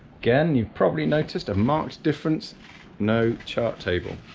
again you've probably noticed a marked difference no chart table.